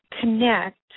connect